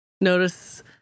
Notice